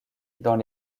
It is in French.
dans